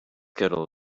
kettle